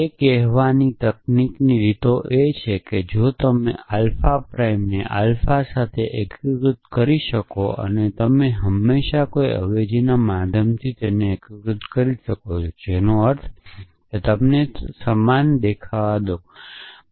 તે કહેવાની તકનીકી રીત એ છે કે જો તમે આલ્ફા પ્રાઇમને આલ્ફા સાથે એકીકૃત કરી શકો અને તમે હંમેશા કોઈ અવેજીના માધ્યમથી એકીકૃત થઈ શકો જેનો અર્થ છે કે તમે તેમને સમાન દેખાવા દો છો